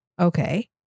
Okay